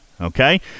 Okay